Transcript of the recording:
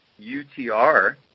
UTR